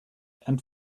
and